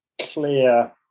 clear